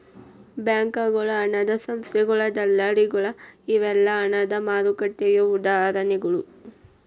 ಬ್ಯಾಂಕಗಳ ಹಣದ ಸಂಸ್ಥೆಗಳ ದಲ್ಲಾಳಿಗಳ ಇವೆಲ್ಲಾ ಹಣದ ಮಾರುಕಟ್ಟೆಗೆ ಉದಾಹರಣಿಗಳ